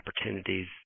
opportunities